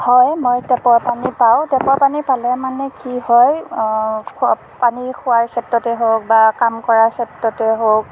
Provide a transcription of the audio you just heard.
হয় মই টেপৰ পানী পাওঁ টেপৰ পানী পালে মানে কি হয় খোৱা পানী খোৱাৰ ক্ষেত্ৰতে হওক বা কাম কৰাৰ ক্ষেত্ৰতে হওক